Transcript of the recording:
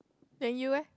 then you leh